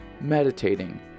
meditating